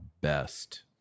best